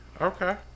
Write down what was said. Okay